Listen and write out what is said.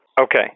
Okay